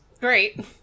Great